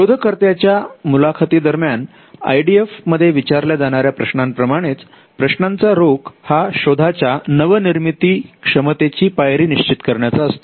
शोधककर्त्या च्या मुलाखती दरम्यान आय डी एफ मध्ये विचारल्या जाणाऱ्या प्रश्नांप्रमाणेच प्रश्नांचा रोख हा शोधाच्या नवनिर्मिती क्षमतेची पायरी निश्चित करण्याचा असतो